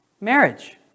Marriage